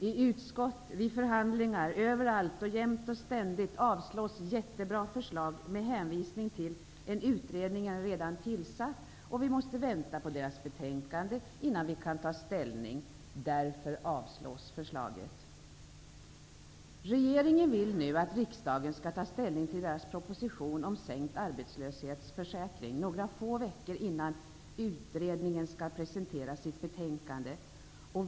I utskott, vid förhandlingar, överallt och jämt och ständigt avslås jättebra förslag med hänvisning till att en utredning redan är tillsatt och att vi måste vänta på dess betänkande innan vi kan ta ställning. Därför avstyrks förslaget. Regeringen vill nu att riksdagen skall ta ställning till dess proposition om sänkt arbetslöshetsförsäkring, några få veckor innan utredningen skall presentera sitt betänkande.